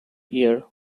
year